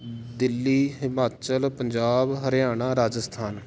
Delhi Himachal Punjab Haryana Rajasthan